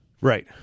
Right